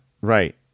right